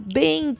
bem